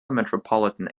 metropolitan